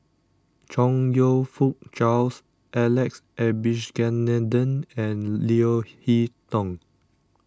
Chong You Fook Charles Alex Abisheganaden and Leo Hee Tong